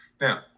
Now